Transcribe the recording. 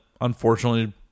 unfortunately